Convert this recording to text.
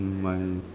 hmm my